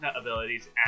abilities